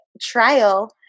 trial